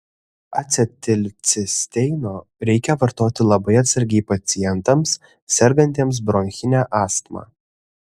acetilcisteino reikia vartoti labai atsargiai pacientams sergantiems bronchine astma